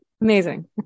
Amazing